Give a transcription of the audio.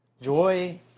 Joy